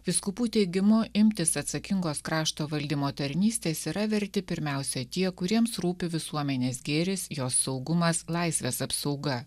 vyskupų teigimu imtis atsakingos krašto valdymo tarnystės yra verti pirmiausia tie kuriems rūpi visuomenės gėris jos saugumas laisvės apsauga